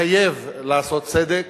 מחייב לעשות צדק.